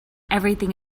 everything